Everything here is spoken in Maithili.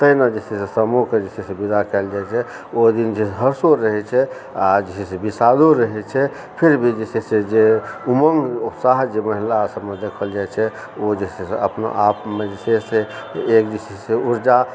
तहिना जे छै से सामोके जे छै से विदा कयल जाइ छै ओहि दिन जे हर्षो रहै छै आओर जे छै से विषादो रहै छै फिर भी जे छै से जे उमङ्ग उत्साह जे महिला सबमे देखल जाइ छै ओ जे छै से अपना आपमे जे छै से